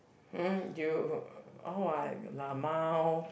mm you or what lmao